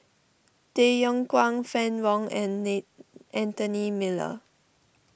Tay Yong Kwang Fann Wong and Anthony Miller